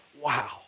wow